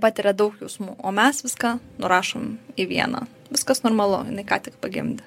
patiria daug jausmų o mes viską nurašom į vieną viskas normalu ką tik pagimdė